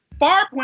Farpoint